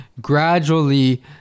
gradually